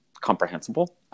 comprehensible